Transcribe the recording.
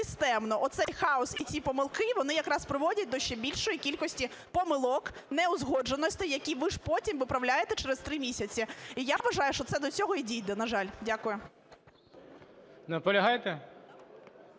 Оцей хаос і ці помилки вони якраз приводять до ще більшої кількості помилок, неузгодженостей, які ви ж потім виправляєте через 3 місяці. І я вважаю, що це до цього і дійде, на жаль. Дякую.